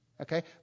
okay